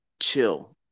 chill